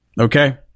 Okay